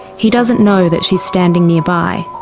he doesn't know that she's standing nearby.